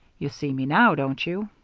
you see me now, don't you?